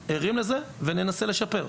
אנחנו ערים לזה וננסה לשפר.